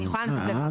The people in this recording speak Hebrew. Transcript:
אני יכולה לנסות לברר.